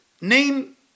name